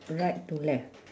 right to left